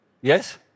Yes